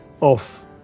off